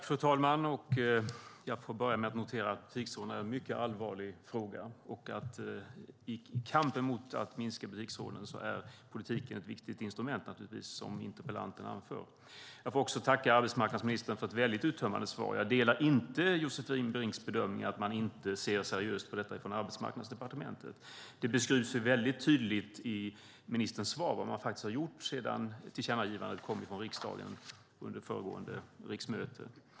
Fru talman! Låt mig börja med att notera att butiksrån är en mycket allvarlig fråga, och i kampen för en minskning av butiksrånen är politiken ett viktigt instrument. Jag vill tacka arbetsmarknadsministern för ett väldigt uttömmande svar. Jag delar inte Josefin Brinks bedömning att man inte ser seriöst på detta från Arbetsmarknadsdepartementet. Det beskrivs tydligt i ministerns svar vad man faktiskt har gjort sedan tillkännagivandet från riksdagen kom under föregående riksmöte.